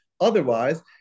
Otherwise